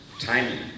timing